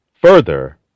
further